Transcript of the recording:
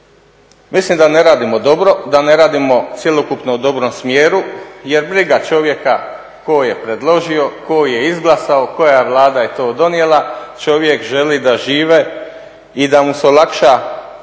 mislim da ne radimo dobro, da ne radimo cjelokupno u dobrom smjeru. Jer briga čovjeka tko je predložio, tko je izglasao, koja Vlada je to donijela, čovjek želi da žive i da mu se olakša